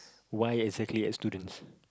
why exactly ex students